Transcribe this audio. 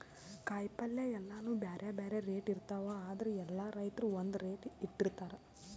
ಕಾಯಿಪಲ್ಯ ಎಲ್ಲಾನೂ ಬ್ಯಾರೆ ಬ್ಯಾರೆ ರೇಟ್ ಇರ್ತವ್ ಆದ್ರ ಎಲ್ಲಾ ರೈತರ್ ಒಂದ್ ರೇಟ್ ಇಟ್ಟಿರತಾರ್